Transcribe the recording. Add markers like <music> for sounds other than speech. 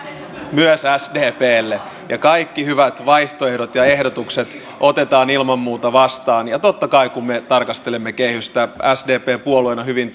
myös sdplle kaikki hyvät vaihtoehdot ja ehdotukset otetaan ilman muuta vastaan totta kai kun me tarkastelemme kehystä sdp puolueena hyvin <unintelligible>